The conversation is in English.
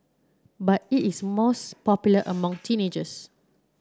but it is most popular among teenagers